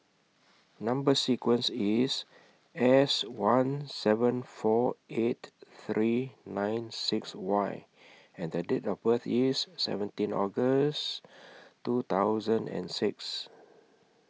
Number sequence IS S one seven four eight three nine six Y and Date of birth IS seventeen August two thousand and six